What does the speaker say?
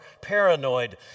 paranoid